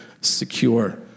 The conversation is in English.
secure